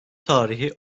tarihi